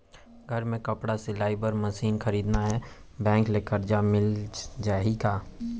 घर मे कपड़ा सिलाई बार मशीन खरीदना हे बैंक ले करजा मिलिस जाही का?